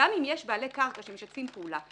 גם אם יש בעלי קרקע שמשתפים פעולה,